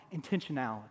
Intentionality